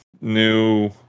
new